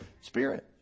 Spirit